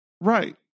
Right